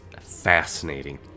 fascinating